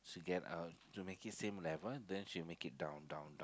to get to make it same level then she make it down down